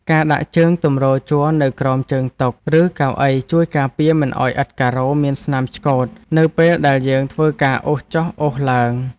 ការដាក់ជើងទម្រជ័រនៅក្រោមជើងតុ ឬកៅអីជួយការពារមិនឱ្យឥដ្ឋការ៉ូមានស្នាមឆ្កូតនៅពេលដែលយើងធ្វើការអូសចុះអូសឡើង។